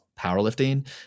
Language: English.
powerlifting